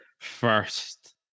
first